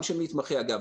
גם של מתמחה אגב,